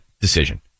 decision